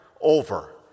over